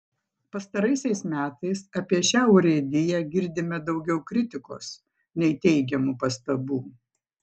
pastaraisiais metais apie šią urėdiją girdime daugiau kritikos nei teigiamų pastabų